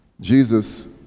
Jesus